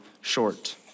short